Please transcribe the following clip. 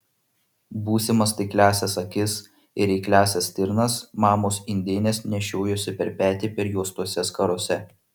būsimas taikliąsias akis ir eikliąsias stirnas mamos indėnės nešiojosi per petį perjuostose skarose